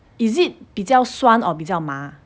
is it 比较酸 or 比较麻